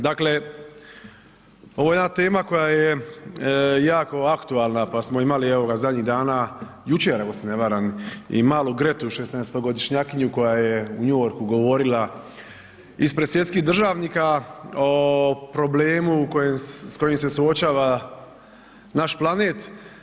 Dakle, ovo je jedna tema koja je jako aktualna pa smo imali zadnjih dana, jučer ako se ne varam i malu Gretu, 16-godišnjakinju koja je u New Yorku govorila ispred svjetskih državnika o problemu s kojim se suočava naš planet.